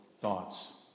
thoughts